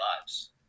lives